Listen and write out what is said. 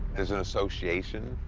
there's an association?